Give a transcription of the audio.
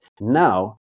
now